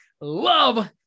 love